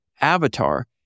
Avatar